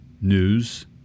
news